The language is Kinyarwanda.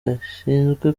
gashinzwe